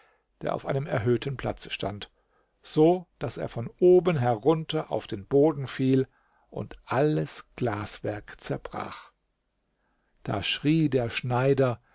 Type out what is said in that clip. der auf einem erhöhten platze stand so daß er von oben herunter auf den boden fiel und alles glaswerk zerbrach da schrie der schneider